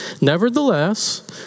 Nevertheless